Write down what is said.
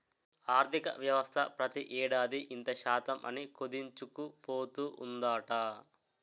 ఆర్థికవ్యవస్థ ప్రతి ఏడాది ఇంత శాతం అని కుదించుకుపోతూ ఉందట